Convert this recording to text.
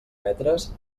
metres